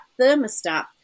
thermostat